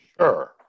sure